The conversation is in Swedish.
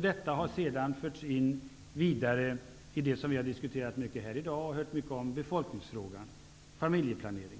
Detta har lett vidare, till det vi hört mycket om i dag: befolkningsfrågan och familjeplanering.